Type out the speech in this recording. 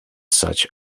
such